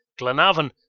Glenavon